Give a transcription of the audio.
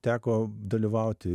teko dalyvauti